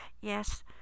Yes